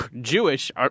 Jewish